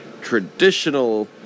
traditional